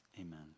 Amen